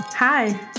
Hi